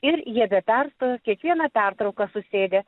ir jie be perstojo kiekvieną pertrauką susėdę